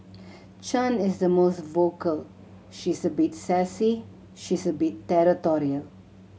Chan is the most vocal she's a bit sassy she's a bit territorial